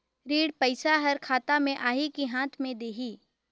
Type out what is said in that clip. ऋण पइसा हर खाता मे आही की हाथ मे देही?